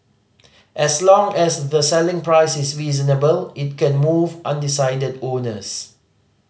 as long as the selling price is reasonable it can move undecided owners